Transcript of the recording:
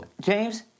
James